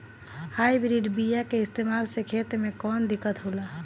Hybrid बीया के इस्तेमाल से खेत में कौन दिकत होलाऽ?